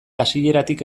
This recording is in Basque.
hasieratik